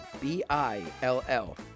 B-I-L-L